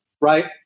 right